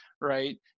right